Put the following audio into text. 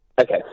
Okay